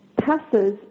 passes